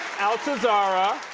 altuzarra.